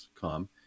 come